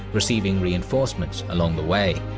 receiving reinforcements along the way.